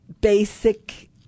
basic